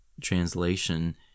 translation